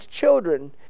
children